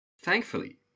thankfully